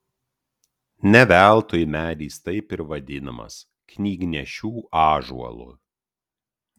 ne veltui medis taip ir vadinamas knygnešių ąžuolu